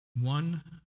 one